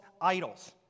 idols